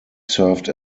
served